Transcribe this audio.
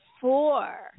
four